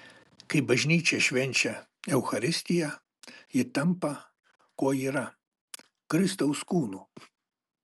kai bažnyčia švenčia eucharistiją ji tampa kuo yra kristaus kūnu